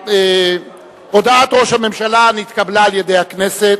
שהודעת ראש הממשלה נתקבלה על-ידי הכנסת.